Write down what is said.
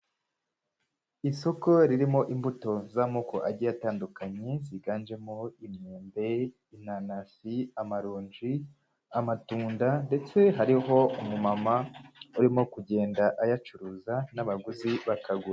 Isoko ririmo imbuto z'amoko agiye atandukanye ziganjemo imyembe, inanasi, amaronji, amatunda ndetse hariho umumama urimo kugenda ayacuruza n'abaguzi bakagura.